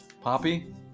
Poppy